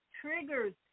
triggers